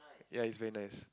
ya is very nice